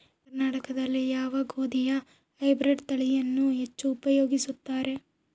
ಕರ್ನಾಟಕದಲ್ಲಿ ಯಾವ ಗೋಧಿಯ ಹೈಬ್ರಿಡ್ ತಳಿಯನ್ನು ಹೆಚ್ಚು ಉಪಯೋಗಿಸುತ್ತಾರೆ?